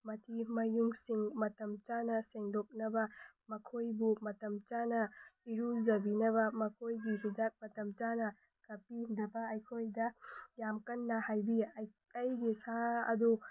ꯃꯊꯤ ꯃꯌꯨꯡꯁꯤꯡ ꯃꯇꯝ ꯆꯥꯅ ꯁꯦꯡꯗꯣꯛꯅꯕ ꯃꯈꯣꯏꯕꯨ ꯃꯇꯝ ꯆꯥꯅ ꯏꯔꯨꯖꯕꯤꯅꯕ ꯃꯈꯣꯏꯒꯤ ꯍꯤꯗꯥꯛ ꯃꯇꯝ ꯆꯥꯅ ꯀꯥꯞꯄꯤꯅꯕ ꯑꯩꯈꯣꯏꯗ ꯌꯥꯝ ꯀꯟꯅ ꯍꯥꯏꯕꯤ ꯑꯩꯒꯤ ꯁꯥ ꯑꯗꯨ